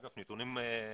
אגב נתונים שערורייתיים,